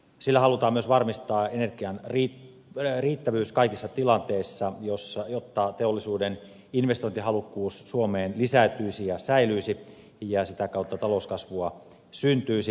sillä halutaan myös varmistaa energian riittävyys kaikissa tilanteissa jotta teollisuuden investointihalukkuus suomeen lisääntyisi ja säilyisi ja sitä kautta talouskasvua syntyisi